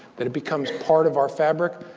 that it becomes part of our fabric.